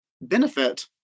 benefit